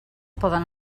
poden